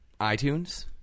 iTunes